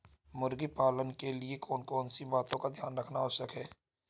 मुर्गी पालन के लिए कौन कौन सी बातों का ध्यान रखना आवश्यक है?